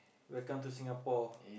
welcome to Singapore